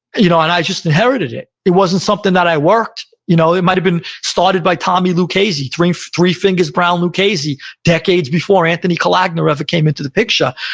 you know and i just inherited it. it wasn't something that i worked. you know it might have been started by tommy lucchese, three three fingers brown lucchese decades before anthony calagna ever came into the picture,